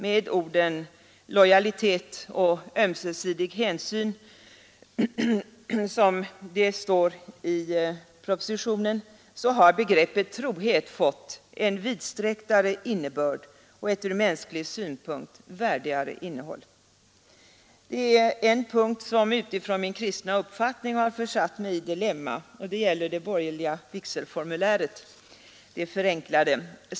Med orden lojalitet och ömsesidig hänsyn, som det står i propositionen, har begreppet trohet fått en vidsträcktare innebörd och ett ur mänsklig synpunkt värdigare innehåll. En punkt har utifrån min kristna uppfattning försatt mig i dilemma. Det gäller det förenklade borgerliga vigselformuläret.